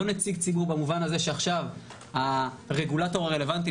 זה לא נציג ציבור במובן הזה שעכשיו הרגולטור הרלוונטי,